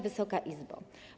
Wysoka Izbo!